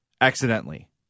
accidentally